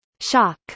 shock